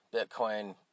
Bitcoin